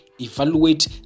Evaluate